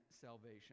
salvation